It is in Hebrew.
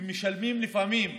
ומשלמים לפעמים,